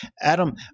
Adam